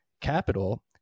capital